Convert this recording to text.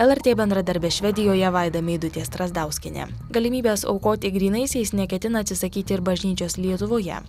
lrt bendradarbė švedijoje vaida meidutė strazdauskienė galimybės aukoti grynaisiais neketina atsisakyti ir bažnyčios lietuvoje